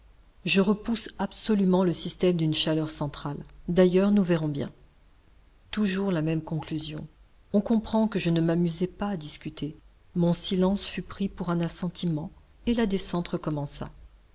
je repousse absolument le système d'une chaleur centrale d'ailleurs nous verrons bien toujours la même conclusion on comprend que je ne m'amusai pas à discuter mon silence fut pris pour un assentiment et la descente recommença